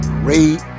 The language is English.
great